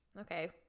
Okay